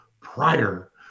prior